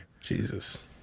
Jesus